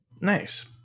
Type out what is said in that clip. Nice